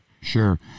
Sure